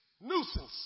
nuisance